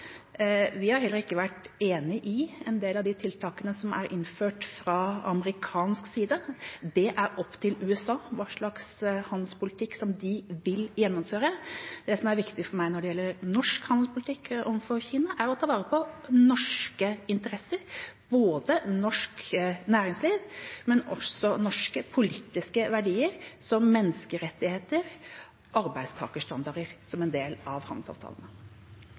Vi har heller ikke vært enig i en del av de tiltakene som er innført fra amerikansk side. Det er opp til USA hva slags handelspolitikk de vil gjennomføre. Det som er viktig for meg når det gjelder norsk handelspolitikk overfor Kina, er å ta vare på norske interesser, både norsk næringsliv og norske politiske verdier – som menneskerettigheter og arbeidstakerstandarder – som en del av